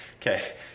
Okay